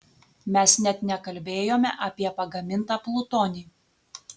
mes net nekalbėjome apie pagamintą plutonį